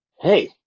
hey